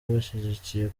banshyigikiye